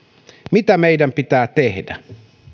mitä meidän pitää tehdä